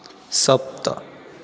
सप्त